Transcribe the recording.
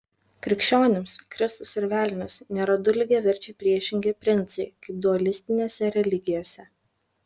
krikščionims kristus ir velnias nėra du lygiaverčiai priešingi princai kaip dualistinėse religijose